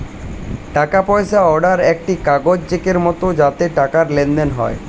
টাকা পয়সা অর্ডার একটি কাগজ চেকের মত যাতে টাকার লেনদেন হয়